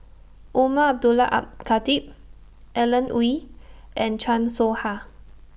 Umar Abdullah Al Khatib Alan Oei and Chan Soh Ha